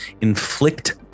inflict